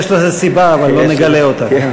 יש לזה סיבה אבל לא נגלה אותה.